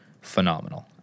phenomenal